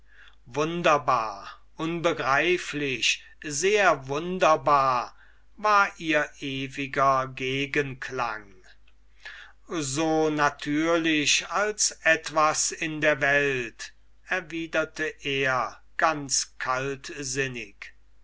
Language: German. wunderbar unbegreiflich sehr wunderbar war ihr ewiger gegenklang so natürlich als etwas in der welt erwiderte demokritus ganz kaltsinnig